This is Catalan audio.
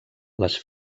les